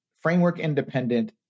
framework-independent